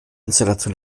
installation